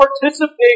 participate